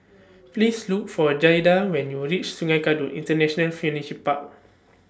Please Look For Jayda when YOU REACH Sungei Kadut International Furniture Park